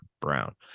brown